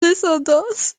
descendance